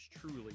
truly